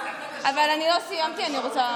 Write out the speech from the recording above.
אבל אני לא סיימתי, אני רוצה,